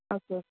okay